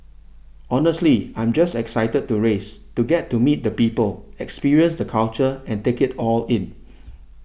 honestly I'm just excited to race to get to meet the people experience the culture and take it all in